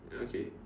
okay